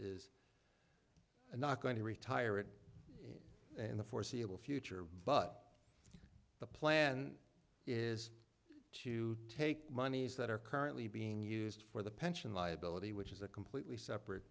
is not going to retire it in the foreseeable future but the plan is to take monies that are currently being used for the pension liability which is a completely separate